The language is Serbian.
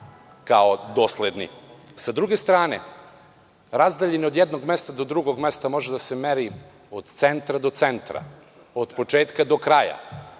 kao dosledni.S druge strane, razdaljina od jednog mesta do drugog mesta može da se meri od centra do centra, od početka do kraja,